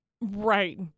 Right